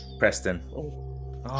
Preston